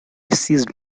ceased